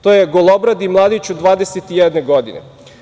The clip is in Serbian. To je golobradi mladić od 21 godine.